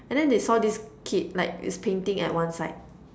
and then they saw this kid like it's painting at one side